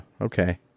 okay